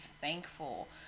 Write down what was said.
thankful